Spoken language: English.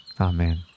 Amen